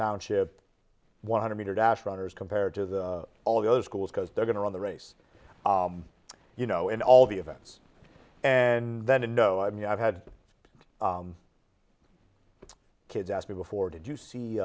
township one hundred meter dash runners compared to the all those schools because they're going to run the race you know and all the events and then a no i mean i've had the kids ask me before did you see